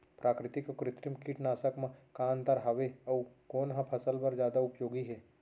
प्राकृतिक अऊ कृत्रिम कीटनाशक मा का अन्तर हावे अऊ कोन ह फसल बर जादा उपयोगी हे?